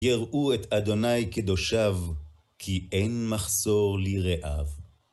יראו את אדוניי קדושיו, כי אין מחסור לרעיו.